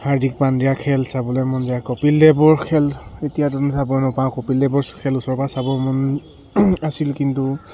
হাৰ্দিক পাণ্ডিয়া খেল চাবলৈ মন যায় কপিল দেৱৰ খেল এতিয়া তেনে চাব নাপাওঁ কপিল দেৱৰ খেল ওচৰৰ পা চাব মন আছিল কিন্তু